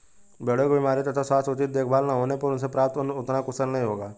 भेड़ों की बीमारियों तथा स्वास्थ्य का उचित देखभाल न होने पर उनसे प्राप्त ऊन उतना कुशल नहीं होगा